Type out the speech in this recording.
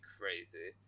crazy